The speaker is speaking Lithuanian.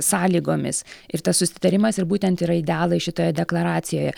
sąlygomis ir tas susitarimas ir būtent yra idealai šitoje deklaracijoje